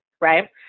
right